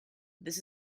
this